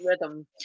rhythm